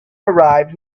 arrived